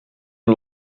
een